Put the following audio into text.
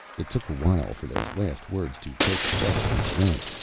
it took a while for those last words to take effect on barrent.